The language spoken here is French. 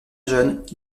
jeune